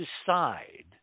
decide